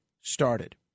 started